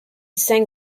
sang